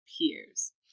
peers